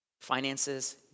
Finances